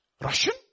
Russian